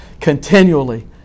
continually